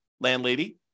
landlady